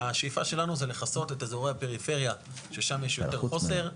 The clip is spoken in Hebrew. השאיפה שלנו זה לכסות את אזורי הפריפריה ששם יש יותר חוסר,